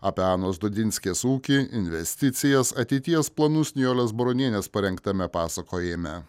apie anos dūdinskės ūkį investicijas ateities planus nijolės baronienės parengtame pasakojime